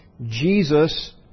Jesus